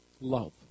love